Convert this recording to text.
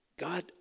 God